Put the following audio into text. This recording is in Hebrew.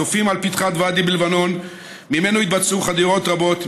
צופים על פתחת ואדי בלבנון שממנו התבצעו חדירות רבות,